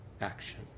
action